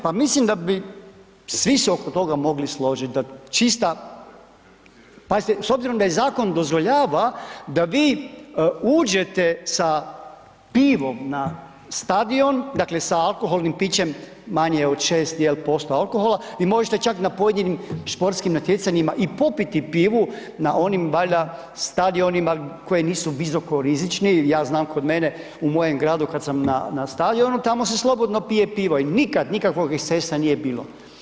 Pa mislim da bi svi se oko toga mogli složiti, da čista pazite, s obzirom da i zakon dozvoljava da bi uđete sa pivom na stadion, dakle sa alkoholnim pićem manje od 6, je li posto alkohola i možete čak na pojedinim športskim natjecanjima i popiti pivu na onim valjda stadionima koji nisu visokorizični, ja znam kod mene, u mojem gradu kad sam na stadionu, tamo se slobodno pije pivo i nikad nikakvog ekscesa nije bilo.